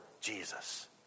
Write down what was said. Jesus